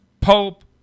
Pope